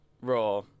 Raw